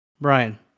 Brian